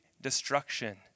destruction